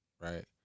right